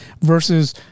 versus